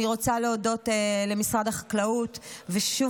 אני רוצה להודות למשרד החקלאות ושוב